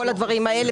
כל הדברים האלה,